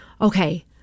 Okay